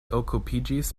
okupiĝis